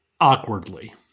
awkwardly